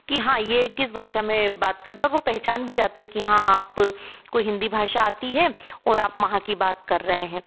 कि हाँ ये किस भाषा में बात कर रहा है और वो पहचान भी जाता है कि हाँ आपको हिन्दी भाषा आती है और आप वहाँ की बात कर रहे हैं